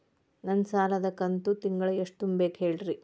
ನನ್ನ ಸಾಲದ ಕಂತು ತಿಂಗಳ ಎಷ್ಟ ತುಂಬಬೇಕು ಹೇಳ್ರಿ?